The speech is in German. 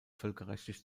völkerrechtlich